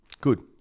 Good